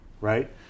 right